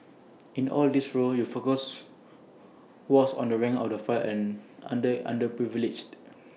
in all these roles your focus was on the rank and file and under underprivileged